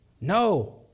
No